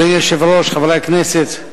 אדוני היושב-ראש, חברי הכנסת,